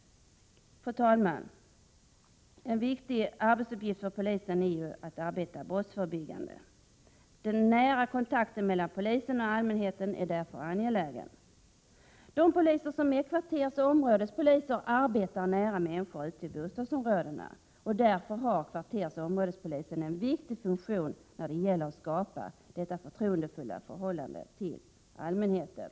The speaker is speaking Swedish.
Fru talman! En viktig arbetsuppgift för polisen är att arbeta brottsförebyggande, En nära kontakt mellan polisen och allmänheten är därför angelägen. De poliser som är kvarterseller områdespoliser arbetar nära människor ute i bostadsområdena. Därför har kvarterseller områdespolisen en viktig funktion när det gäller att skapa ett förtroendefullt förhållande till allmänheten.